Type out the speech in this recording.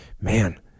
man